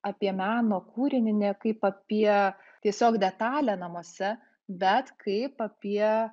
apie meno kūrinį ne kaip apie tiesiog detalę namuose bet kaip apie